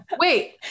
wait